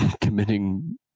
committing